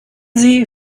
sie